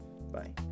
Bye